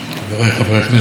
רבותיי השרים,